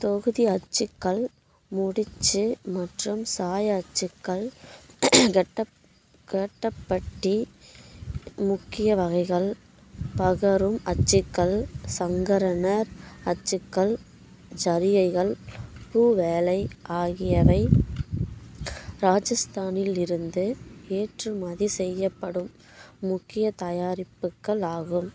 தொகுதி அச்சுக்கள் முடிச்சி மற்றும் சாய அச்சுக்கள் கோட்டப்பட்டி முக்கிய வகைகள் பகரும் அச்சுக்கள் சங்கரனர் அச்சுக்கள் ஜரிகைகள் பூ வேலை ஆகியவை ராஜஸ்தானிலிருந்து ஏற்றுமதி செய்யப்படும் முக்கிய தயாரிப்புகள் ஆகும்